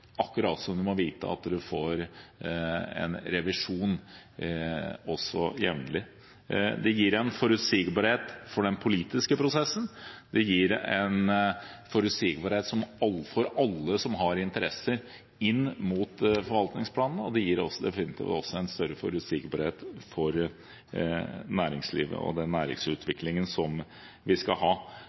akkurat som vi må vite at vi får en revisjon jevnlig. Det gir en forutsigbarhet for den politiske prosessen, det gir en forutsigbarhet for alle som har interesser inn mot forvaltningsplanene, og det gir definitivt også en større forutsigbarhet for næringslivet og den næringsutviklingen som vi skal ha.